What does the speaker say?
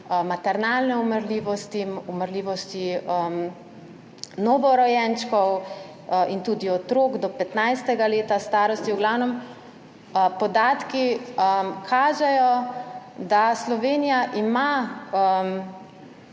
maternalne umrljivosti, umrljivosti novorojenčkov in tudi otrok do 15. leta starosti. V glavnem podatki kažejo, da ima Slovenija